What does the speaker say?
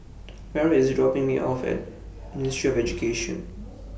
Mearl IS dropping Me off At Ministry of Education